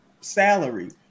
salary